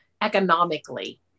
economically